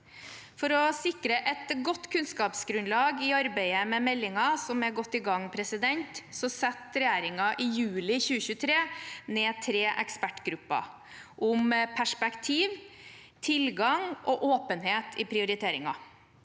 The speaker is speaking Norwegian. For å sikre et godt kunnskapsgrunnlag i arbeidet med meldingen, som er godt i gang, satte regjeringen i juli 2023 ned tre ekspertgrupper – om perspektiv, tilgang og åpenhet i prioriteringer.